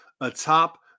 atop